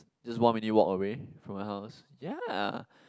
just one minute walk away from my house ya